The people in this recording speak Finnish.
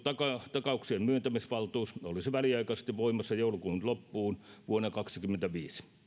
takauksien myöntämisvaltuus olisi väliaikaisesti voimassa joulukuun loppuun vuonna kaksikymmentäviisi